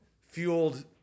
fueled